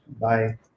bye